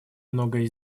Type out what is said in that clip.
многое